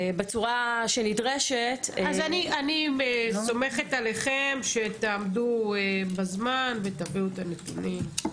ובצורה שנדרשת --- אז אני סומכת עליכם שתעמדו בזמן ותביאו את הנתונים.